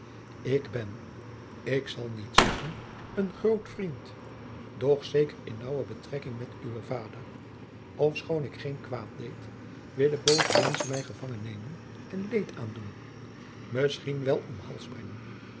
ik ben ik zal niet zeggen een groot vriend doch zeker in naauwe betrekking met uwen vader ofschoon ik geen kwaad deed willen booze menschen mij gevangen nemen en leed aandoen misschien wel om hals brengen